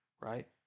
right